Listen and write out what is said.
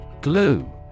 Glue